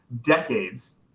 decades